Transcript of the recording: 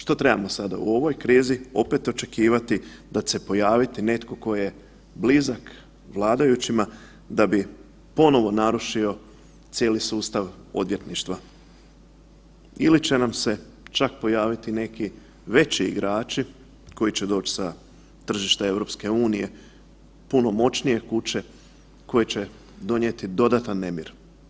Što trebamo sada, u ovoj krizi opet očekivati da će se pojaviti netko tko je blizak vladajućima da bi ponovo narušio cijeli sustav odvjetništva ili će nam se čak pojaviti neki veći igrači koji će doć sa tržišta EU, puno moćnije kuće koji će donijeti dodatan nemir?